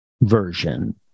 version